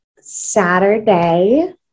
Saturday